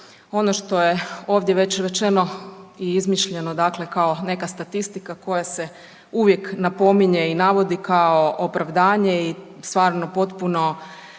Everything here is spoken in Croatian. ono što je ovdje već rečeno i izmišljeno kao neka statistika koja se uvijek napominje i navodi kao opravdanje i stvarno potpuno